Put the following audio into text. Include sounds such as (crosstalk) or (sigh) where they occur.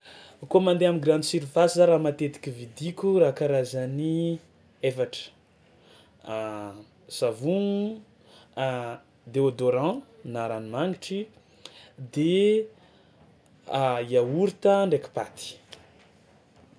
Kôa mandeha am'grande surface za raha matetiky vidiako raha karazany efatra: (hesitation) savogno, (hesitation) déodorant na ranomangitry de (hesitation) yaourt ndraiky paty.